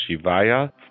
Shivaya